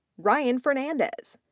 ryan fernandes,